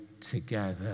together